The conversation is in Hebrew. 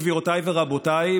גבירותיי ורבותיי,